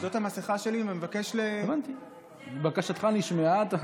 אבל אדוני היושב-ראש, מה הבעיה?